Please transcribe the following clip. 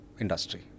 industry